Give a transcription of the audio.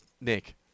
Nick